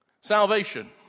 Salvation